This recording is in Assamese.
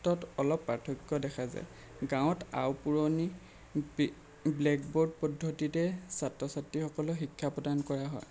ক্ষেত্ৰত অলপ পাৰ্থক্য দেখা যায় গাঁৱত আওপুৰণি ব্লেকবোৰ্ড পদ্ধতিতে ছাত্ৰ ছাত্ৰীসকলক শিক্ষা প্ৰদান কৰা হয়